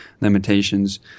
limitations